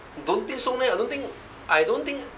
don't think so meh I don't think I don't think